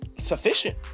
Sufficient